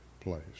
place